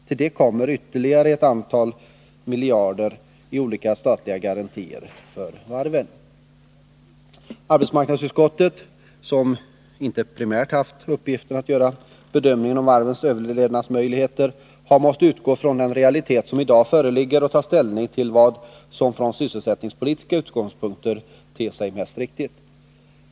Till det kommer ytterligare ett antal miljarder i olika statliga garantier för varven. Arbetsmarknadsutskottet, som inte haft som primär uppgift att göra bedömningar om varvens överlevnadsmöjligheter, har måst utgå från den realitet som i dag föreligger och ta ställning till vad som från sysselsättningspolitiska utgångspunkter ter sig som mest riktigt.